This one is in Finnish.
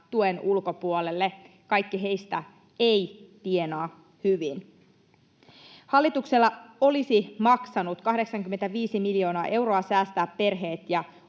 tuen ulkopuolelle, kaikki heistä eivät tienaa hyvin. Hallitukselle olisi maksanut 85 miljoonaa euroa säästää perheet ja